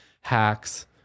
hacks